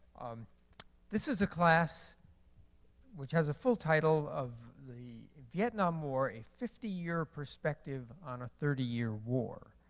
um this is a class which has a full title of the vietnam war, a fifty year perspective on a thirty year war.